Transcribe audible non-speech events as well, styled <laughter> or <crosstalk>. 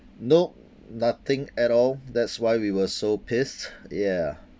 nope nothing at all that's why we were so pissed <laughs> ya